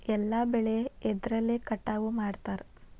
ಎಲ್ಲ ಬೆಳೆ ಎದ್ರಲೆ ಕಟಾವು ಮಾಡ್ತಾರ್?